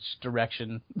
direction